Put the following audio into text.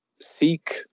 seek